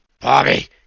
Bobby